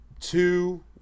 Two